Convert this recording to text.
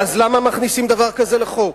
אז למה מכניסים דבר כזה לחוק?